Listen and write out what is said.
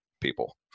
people